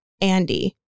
Andy